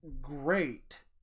great